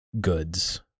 goods